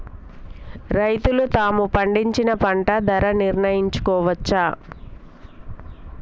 రైతులు తాము పండించిన పంట ధర నిర్ణయించుకోవచ్చా?